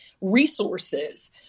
resources